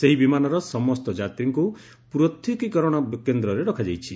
ସେହି ବିମାନର ସମସ୍ତ ଯାତ୍ରୀଙ୍କୁ ପୃଥକୀକରଣ କେନ୍ଦରେ ରଖାଯାଇଛି